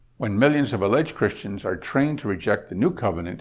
when millions of alleged christians are trained to reject the new covenant